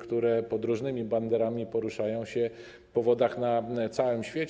które pod różnymi banderami poruszają się po wodach na całym świecie.